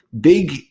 big